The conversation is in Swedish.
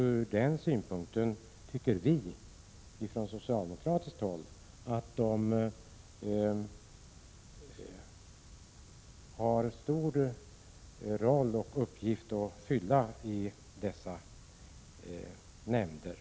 Från den synpunkten tycker vi från socialdemokratiskt håll att de spelar en stor roll och har en stor uppgift att fylla i dessa nämnder.